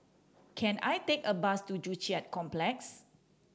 can I take a bus to Joo Chiat Complex